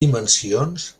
dimensions